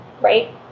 Right